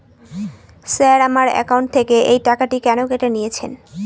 Sir আমার account থেকে এই টাকাটি কেন কেটে নিয়েছেন?